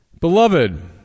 Beloved